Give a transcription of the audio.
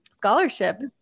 scholarship